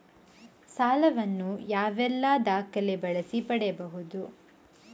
ಸಾಲ ವನ್ನು ಯಾವೆಲ್ಲ ದಾಖಲೆ ಬಳಸಿ ಪಡೆಯಬಹುದು?